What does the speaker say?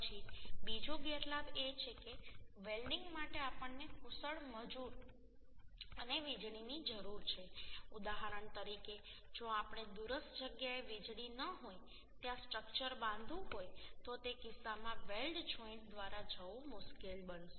પછી બીજો ગેરલાભ એ છે કે વેલ્ડીંગ માટે આપણને કુશળ મજૂર અને વીજળીની જરૂર છે ઉદાહરણ તરીકે જો આપણે દૂરસ્થ જગ્યાએ વીજળી ન હોય ત્યાં સ્ટ્રક્ચર બાંધવું હોય તો તે કિસ્સામાં વેલ્ડ જોઈન્ટ દ્વારા જવું મુશ્કેલ બનશે